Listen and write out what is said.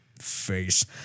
face